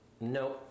no